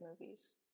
movies